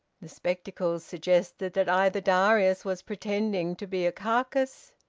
the spectacle suggested that either darius was pretending to be a carcass,